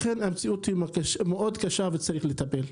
לכן, המציאות היא מאוד קשה, וצריך לטפל.